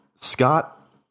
Scott